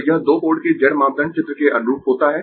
तो यह दो पोर्ट के z मापदंड चित्र के अनुरूप होता है